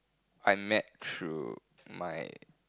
I met through my